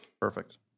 Perfect